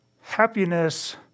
Happiness